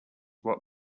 what